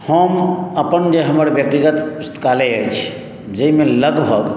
हम अपन जे हमर व्यक्तिगत पुस्तकालय अछि जाहिमे लगभग